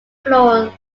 floor